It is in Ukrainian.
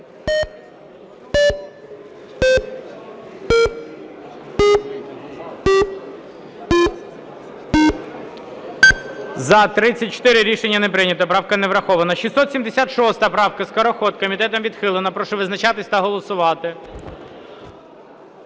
За-34 Рішення не прийнято, правка не врахована. 676 правка, Скороход. Комітетом відхилена. Прошу визначатися та голосувати.